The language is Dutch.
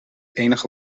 enige